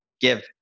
give